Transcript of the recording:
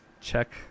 check